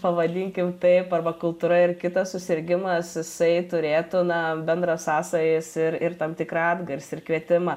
pavadinkim taip arba kultūra ir kitas susirgimas jisai turėtų na bendras sąsajas ir ir tam tikrą atgarsį ir kvietimą